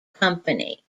company